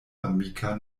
amika